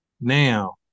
Now